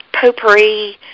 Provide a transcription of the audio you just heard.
potpourri